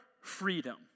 freedom